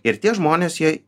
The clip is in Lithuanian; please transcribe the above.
ir tie žmonės jie